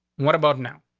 what about now?